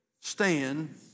Stand